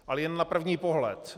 Ale jen na první pohled.